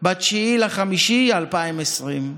ב-9 במאי 2020,